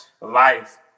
life